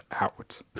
out